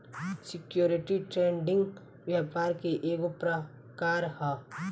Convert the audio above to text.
security trading व्यापार के ईगो प्रकार ह